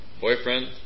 boyfriend